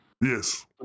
Yes